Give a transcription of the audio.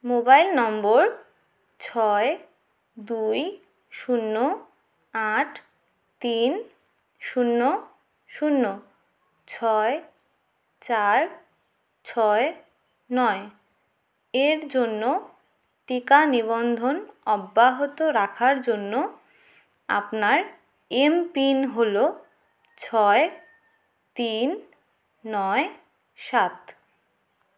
mobile number ছয় দুই শূন্য আট তিন শূন্য শূন্য ছয় চার ছয় নয় এর জন্য টিকা নিবন্ধন অব্যাহত রাখার জন্য আপনার এমপিন হলো ছয় তিন নয় সাত